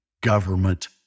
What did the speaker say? government